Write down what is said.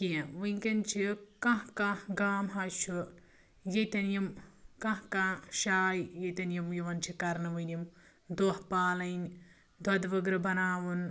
کیٛنٚہہ وٕنکٮ۪ن چھُ کانہہ کانہہ گام حظ چھُ ییٚتِٮ۪ن یم کانہہ کانہہ شاے ییٚتٮ۪ن یم یِوان چھِ کرنہٕ یم دۄہ پالٕنۍ دۄدٕ وٕگرٕ بناوُن